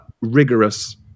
rigorous